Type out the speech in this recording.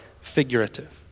figurative